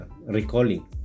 recalling